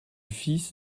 fils